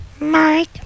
Mike